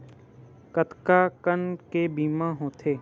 कतका कन ले बीमा होथे?